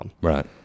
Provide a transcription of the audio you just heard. Right